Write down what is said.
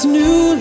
new